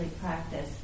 practice